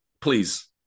please